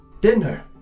Dinner